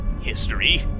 history